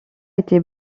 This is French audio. été